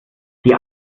die